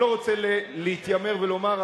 אני לא רוצה להתיימר ולומר,